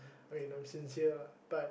okay I'm sincere lah but